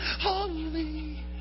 holy